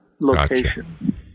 location